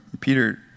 Peter